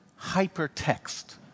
hypertext